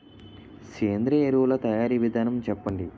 సేంద్రీయ ఎరువుల తయారీ విధానం చెప్పండి?